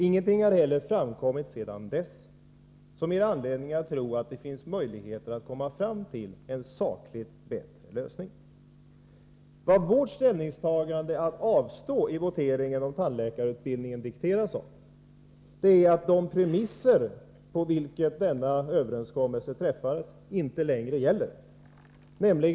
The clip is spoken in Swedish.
Ingenting har heller framkommit sedan dess som ger mig anledning att tro att det finns möjligheter att komma fram till en sakligt sett bättre lösning. Vad vårt ställningstagande att avstå i voteringen om tandläkarutbildningen dikteras av är att de premisser på vilka denna överenskommelse träffades inte längre gäller.